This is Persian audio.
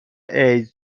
ایدز